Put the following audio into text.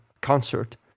concert